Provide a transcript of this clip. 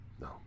No